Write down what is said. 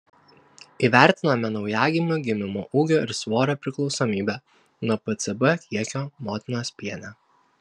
įvertinome naujagimių gimimo ūgio ir svorio priklausomybę nuo pcb kiekio motinos piene